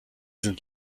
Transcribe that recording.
sind